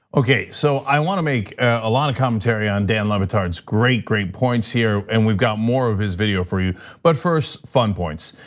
okay, so i wanna make a lot of commentary on danle batard's great, great points here, and we've got more of his video for you but first, fun points.